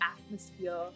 atmosphere